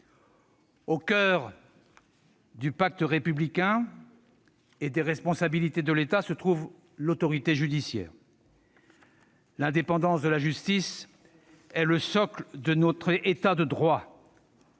Au coeur du pacte républicain et des responsabilités de l'État se trouve l'autorité judiciaire. L'indépendance de la justice est le socle de notre État de droit.